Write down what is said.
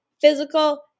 physical